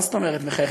מה זאת אומרת מחייך,